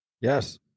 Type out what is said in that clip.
Yes